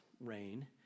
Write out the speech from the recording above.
rain